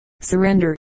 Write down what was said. surrender